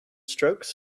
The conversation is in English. strokes